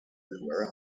nowhere